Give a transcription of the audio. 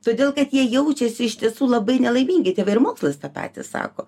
todėl kad jie jaučiasi iš tiesų labai nelaimingi tėvai ir mokslas tą patį sako